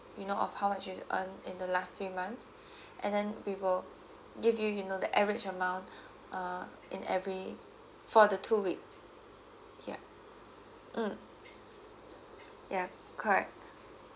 you know of how much you've earned in the last three months and then we will give you you know the average amount uh in every for the two weeks yeah mm yeah correct